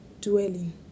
dwelling